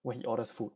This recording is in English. when he orders food